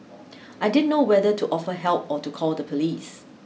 I didn't know whether to offer help or to call the police